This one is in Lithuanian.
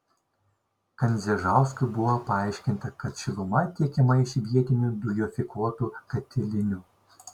kandzežauskui buvo paaiškinta kad šiluma tiekiama iš vietinių dujofikuotų katilinių